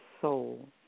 soul